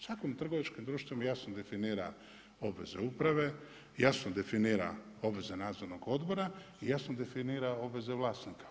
Svako trgovačko društvo jasno definira obveze uprave, jasno definira obveze nadzornog odbora i jasno definira obveze vlasnika.